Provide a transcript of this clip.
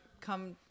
come